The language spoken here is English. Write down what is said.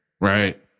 right